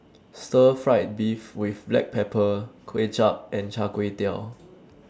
Stir Fried Beef with Black Pepper Kuay Chap and Char Kway Teow